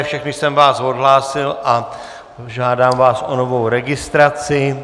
Všechny jsem vás odhlásil a žádám vás o novou registraci.